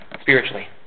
spiritually